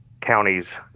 counties